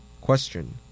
Question